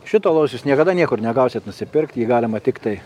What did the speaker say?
šito alaus jūs niekada niekur negausit nusipirkt jį galima tiktai